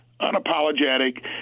unapologetic